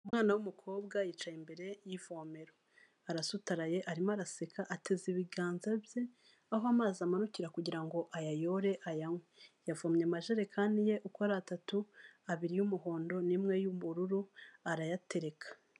Umwana w'umukobwa yicaye imbere y'ivomero, arasutaraye arimo araseka ateze ibiganza bye aho amazi amanukira kugira ngo ayayore ayanywe. Yavomye amajerekani ye uko ari atatu, abiri y'umuhondo n'imwe y'ubururu arayatereka.